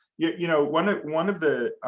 yeah you know, one one of the